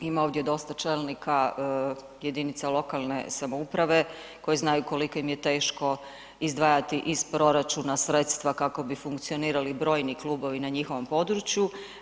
Ima ovdje dosta čelnika jedinica lokalne samouprave koji znaju koliko im je teško izdvajati iz proračuna sredstva kako bi funkcionirali brojni klubovi na njihovom području.